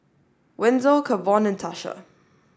Wenzel Kavon and Tasha